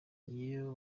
iyo